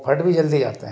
फट भी जल्दी जाते हैं